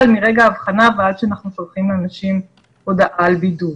מרגע האבחנה ועד שאנחנו שולחים לאנשים הודעה על בידוד.